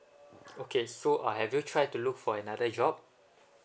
okay so uh have you try to look for another job